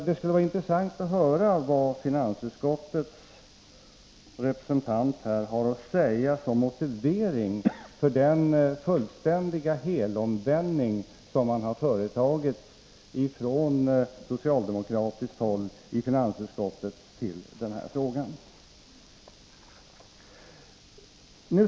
Det skulle vara intressant att höra vad finansutskottets representant har att säga som motivering för den fullständiga helomvändning i den här frågan som socialdemokraterna i finansutskottet har företagit.